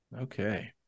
Okay